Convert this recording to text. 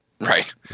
Right